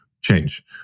change